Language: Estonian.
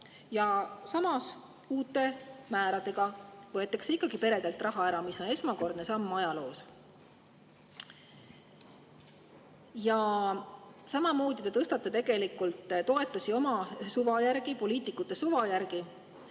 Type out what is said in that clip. Samas uute määradega võetakse ikkagi peredelt raha ära, mis on esmakordne samm ajaloos. Samamoodi te tõstate tegelikult toetusi oma suva järgi, poliitikute suva järgi,